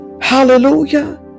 Hallelujah